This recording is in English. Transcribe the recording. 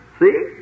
See